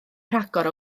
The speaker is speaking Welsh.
rhagor